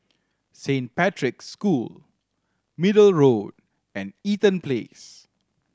Saint Patrick's School Middle Road and Eaton Place